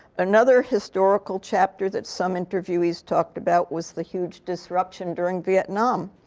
another historical chapter that some interviewees talked about was the huge disruption during vietnam.